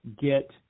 get